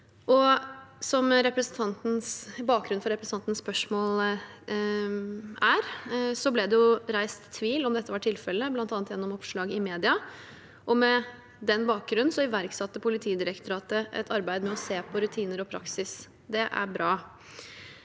Bakgrunnen for representantens spørsmål er at det ble reist tvil om dette var tilfellet, bl.a. gjennom oppslag i media, og derfor iverksatte Politidirektoratet et arbeid med å se på rutiner og praksis. Det er bra.